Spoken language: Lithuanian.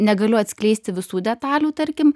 negaliu atskleisti visų detalių tarkim